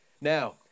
Now